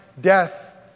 death